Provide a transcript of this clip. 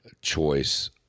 choice